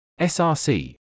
src